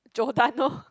Giordano